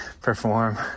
perform